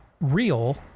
real